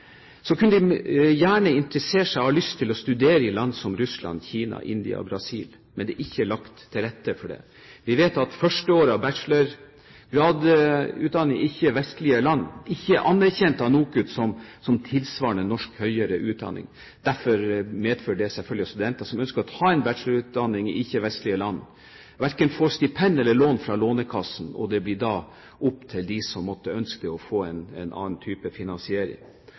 land som Russland, Kina, India og Brasil, men det er det ikke lagt til rette for. Vi vet at førsteåret av bachelorgradutdanningen i ikke-vestlige land ikke er anerkjent av NOKUT som tilsvarende norsk høyere utdanning. Dette fører selvfølgelig også til at studenter som ønsker å ta en bachelorutdanning i ikke-vestlige land, verken får stipend eller lån fra Lånekassen, og det blir da opp til dem som ønsker, å få til en annen type finansiering.